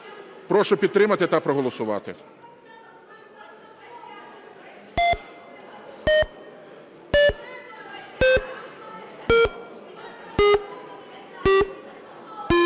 Прошу підтримати та проголосувати.